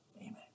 amen